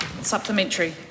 Supplementary